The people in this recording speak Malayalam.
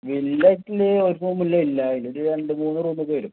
വില്ല ആയിട്ടുള്ളത് ഒരെണ്ണം പോലും ഇല്ല ഇതിൽ ഒരു രണ്ട് മൂന്ന് റൂം ഒക്കെ വരും